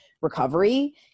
recovery